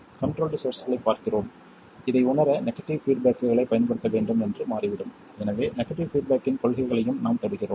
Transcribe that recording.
controlled சோர்ஸ்களைப் பார்க்கிறோம் இதை உணர நெகடிவ் பீட்பேக்களைப் பயன்படுத்த வேண்டும் என்று மாறிவிடும் எனவே நெகடிவ் பீட்பேக்கின் கொள்கைகளையும் நாம் தொடுகிறோம்